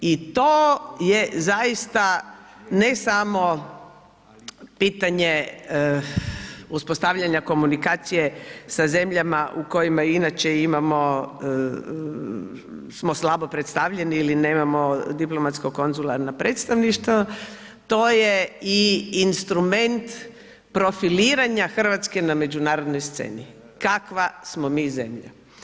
I to je zaista ne samo pitanje uspostavljanja komunikacije sa zemljama u kojima inače imamo, smo slabo predstavljeni ili nemamo diplomatsko-konzularna predstavništva, to je i instrument profiliranja Hrvatske na međunarodnoj sceni kakva smo mi zemlja.